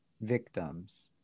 victims